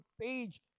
page